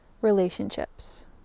relationships